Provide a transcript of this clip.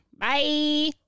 Bye